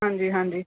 ਹਾਂਜੀ ਹਾਂਜੀ